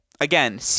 Again